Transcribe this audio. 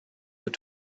were